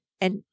And-